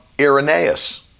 Irenaeus